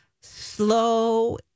slow